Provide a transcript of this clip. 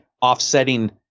offsetting